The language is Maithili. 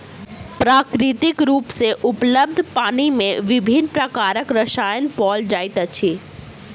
प्राकृतिक रूप सॅ उपलब्ध पानि मे विभिन्न प्रकारक रसायन पाओल जाइत अछि